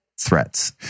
threats